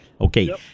Okay